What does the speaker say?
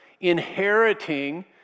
inheriting